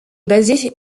basée